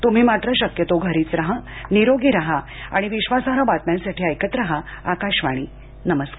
तम्ही मात्र शक्यतो घरीच रहानिरोगी रहा आणि विश्वासार्ह बातम्यांसाठी ऐकत रहा आकाशवाणी नमस्कार